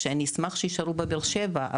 שאני אשמח שיישארו בבאר שבע,